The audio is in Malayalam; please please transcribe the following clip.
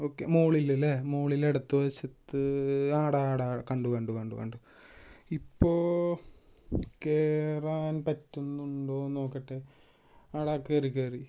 ഓക്കെ മോളിലല്ലേ മോളിൽ ഇടത്ത് വശത്ത് ആ ടാ ആടാ കണ്ടു കണ്ടു കണ്ടു കണ്ടു ഇപ്പോൾ കയറാൻ പറ്റുന്നുണ്ടോ നോക്കട്ടെ ആ ടാ കയറി കയറി